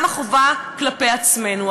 גם חובה כלפי עצמנו,